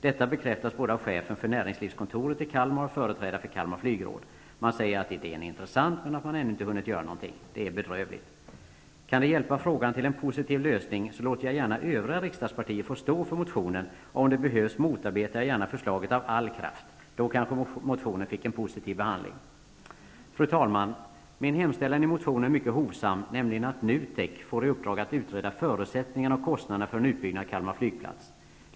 Detta bekräftas både av chefen för näringslivskontoret i Kalmar och av företrädare för Kalmar flygråd. Man säger att idén är intressant, men att man ännu inte hunnit göra någonting. Det är bedrövligt. Kan det hjälpa frågan till en positiv lösning, låter jag gärna övriga riksdagspartier få stå för motionen, och om det behövs motarbetar jag gärna förslaget av all kraft. Då kanske motionen fick en positiv behandling. Fru talman! Min hemställan i motionen är mycket hovsam, nämligen att NUTEK får i uppdrag att utreda förutsättningarna och kostnaderna för en utbyggnad av Kalmar flygplats.